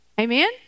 Amen